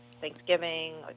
Thanksgiving